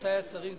רבותי השרים,